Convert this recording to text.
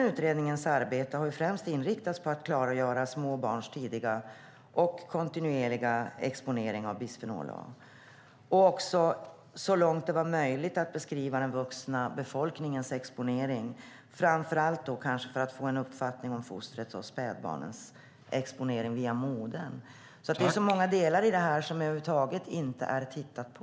Utredningens arbete har främst inriktats på att klargöra små barns tidiga och kontinuerliga exponering av bisfenol A och också att så långt det är möjligt beskriva den vuxna befolkningens exponering, framför allt för att få en uppfattning om fostrens och spädbarnens exponering via modern. Det är så många delar i det här som man över huvud taget inte har tittat på.